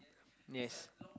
yes